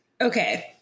okay